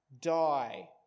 die